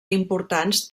importants